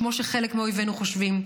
כמו שחלק מאויבינו חושבים,